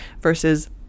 versus